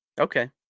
Okay